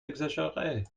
exagéré